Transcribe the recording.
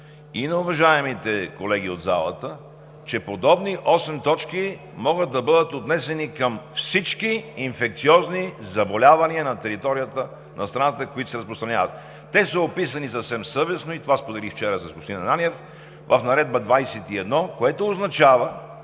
и на уважаемите колеги от залата, че подобни осем точки могат да бъдат отнесени към всички инфекциозни заболявания на територията на страната, които се разпространяват. Те са описани съвсем съвестно – и това споделих вчера с господин Ананиев – в Наредба № 21, което означава,